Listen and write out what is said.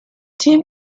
team